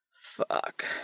Fuck